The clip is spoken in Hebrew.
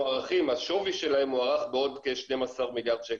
שהשווי שלהם מוערך בעוד כ-12 מיליארד שקל.